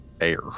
air